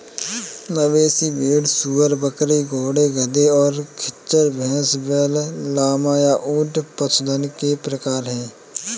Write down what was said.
मवेशी, भेड़, सूअर, बकरी, घोड़े, गधे, और खच्चर, भैंस, बैल, लामा, या ऊंट पशुधन के प्रकार हैं